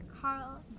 Carl